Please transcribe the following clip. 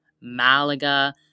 Malaga